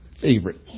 favorite